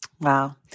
Wow